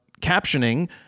captioning